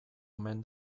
omen